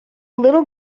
little